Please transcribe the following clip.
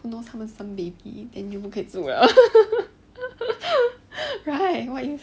who knows 他们生 baby then 就不可以住 liao right